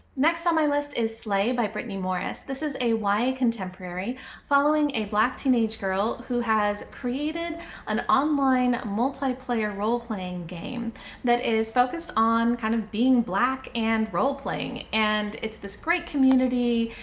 next on my list is slay by brittany morris. this is a ya contemporary following a black teenage girl who has created an online multiplayer role-playing game that is focused on kind of being black and role-playing, and it's this great community.